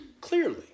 clearly